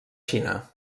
xina